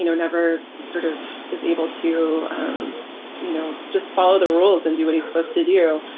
you know never sort of is able to um you know just follow the rules and do what he's supposed to do.